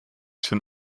schon